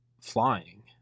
flying